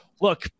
Look